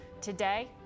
Today